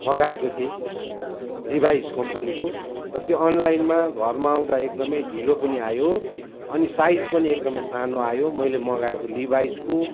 मगाएको थिएँ लिभाइस कम्पनीको तर त्यो अनलाइनमा घरमा आउँदा एकदमै ढिलो पनि आयो अनि साइज पनि एकदमै सानो आयो मैले मगाएको लिभाइसको